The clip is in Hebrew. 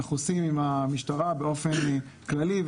אנחנו עושים עם המשטרה באופן כללי,